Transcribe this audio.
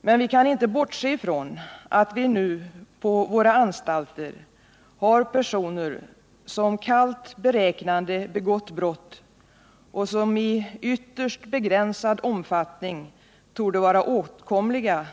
Men vi kan inte bortse från att vi nu på våra anstalter har personer som kallt beräknande begått brott och som i Nr 52 ytterst begränsad omfattning torde vara åtkomliga